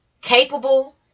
capable